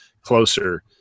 closer